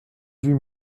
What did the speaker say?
huit